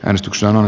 äänestykseen on